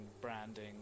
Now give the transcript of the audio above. branding